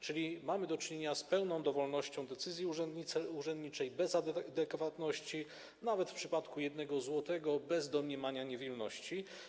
Czyli mamy do czynienia z pełną dowolnością decyzji urzędniczej, bez adekwatności, nawet w przypadku 1 zł, bez domniemania niewinności.